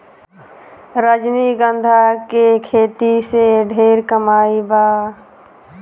रजनीगंधा के खेती से ढेरे कमाई बा